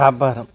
వ్యాపారం